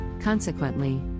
Consequently